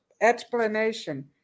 explanation